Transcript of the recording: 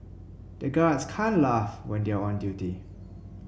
the guards can't laugh when they are on duty